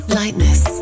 lightness